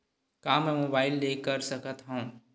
का मै मोबाइल ले कर सकत हव?